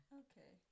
okay